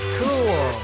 cool